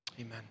amen